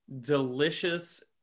delicious